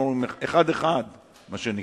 אחד-אחד, מה שנקרא.